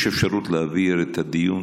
יש אפשרות להעביר את הדיון,